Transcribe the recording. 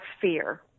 fear